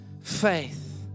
faith